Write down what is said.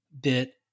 bit